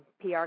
PR